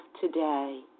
today